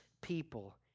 people